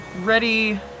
ready